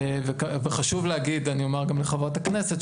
וחשוב להגיד אני אומר גם לחברת הכנסת,